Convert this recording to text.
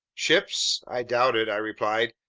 ships? i doubt it, i replied.